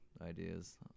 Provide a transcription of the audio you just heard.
ideas